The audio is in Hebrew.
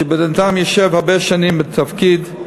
כשבן-אדם יושב הרבה שנים בתפקיד,